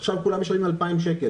עכשיו כולם משלמים 2,000 שקל.